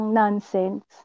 nonsense